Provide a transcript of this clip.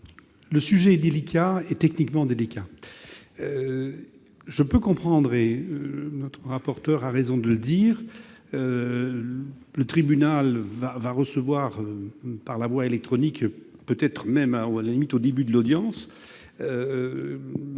Le sujet est techniquement délicat. Je peux comprendre- et notre rapporteur a raison de le dire -que le tribunal reçoive par voie électronique, peut-être même au début de l'audience,